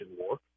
war